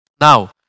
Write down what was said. Now